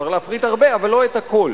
אפשר להפריט הרבה, אבל לא את הכול.